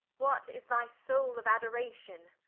what? is thy soule of odoration?